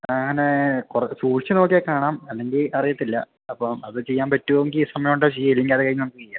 അങ്ങനെ കുറച്ച് സൂക്ഷിച്ച് നോക്കിയാൽ കാണാം അല്ലെങ്കിൽ അറിയത്തില്ല അപ്പം അത് ചെയ്യാൻ പറ്റുമെങ്കിൽ സമയം ഉണ്ടെങ്കിൽ ചെയ്യു അല്ലെങ്കിലത് കഴിഞ്ഞ് നമുക്ക് ചെയ്യാം